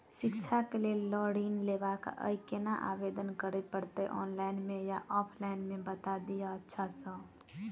शिक्षा केँ लेल लऽ ऋण लेबाक अई केना आवेदन करै पड़तै ऑनलाइन मे या ऑफलाइन मे बता दिय अच्छा सऽ?